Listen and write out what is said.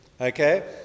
Okay